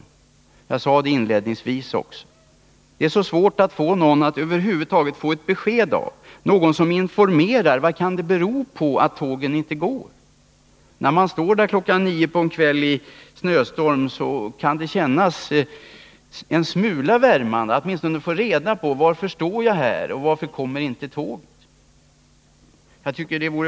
Det sade jag också inledningsvis. Det är svårt att över huvud taget få besked av någon om vad det beror på att tågen inte går när de skall gå. När man står på stationen vid nio-tiden på kvällen i snöstorm, så skulle det kännas en smula värmande att åtminstone få reda på varför det tåg man väntar på inte kommer.